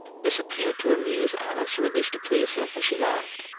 this appeared to amuse alice, or at least to please her, for she laughed.